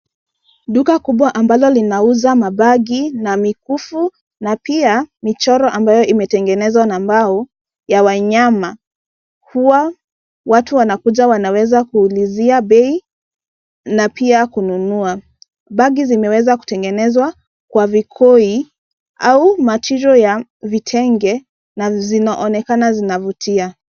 Duka kubwa ambalo linauza mabagi, mikufu, na pia michoro ambayo imetengenezwa na mbao ya wanyama. Huwa watu wanakuja wanaweza kuulizia bei na pia kununua. Bagi zimeweza kutengeneza kwa vikoi au material ya vitenge na zinaoonekana zinavutia.